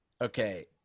okay